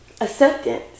Acceptance